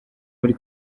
muri